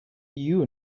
you